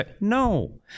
No